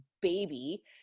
baby